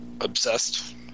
obsessed